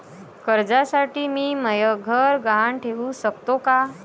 कर्जसाठी मी म्हाय घर गहान ठेवू सकतो का